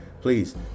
please